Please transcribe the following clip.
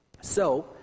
So